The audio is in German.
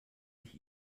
ich